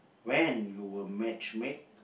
when you will matchmake